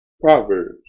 Proverbs